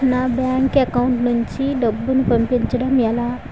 నా bank account నుంచి డబ్బును పంపించడం ఎలా?